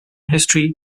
history